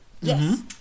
Yes